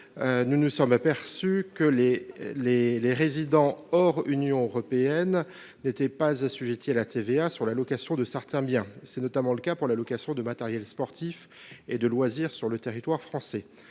du Brexit. En effet, les résidents hors Union européenne n’étaient pas assujettis à la TVA sur l’allocation de certains biens. C’est notamment le cas pour l’allocation de matériel sportif et de loisirs sur le territoire français.